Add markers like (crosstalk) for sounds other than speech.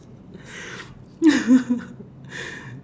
(laughs)